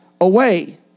away